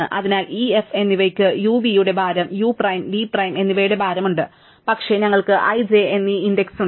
അതിനാൽ e f എന്നിവയ്ക്ക് uv യുടെ ഭാരം u പ്രൈം v പ്രൈം എന്നിവയുടെ ഭാരം ഉണ്ട് പക്ഷേ ഞങ്ങൾക്ക് i j എന്നീ ഇൻഡക്സ് ഉണ്ട്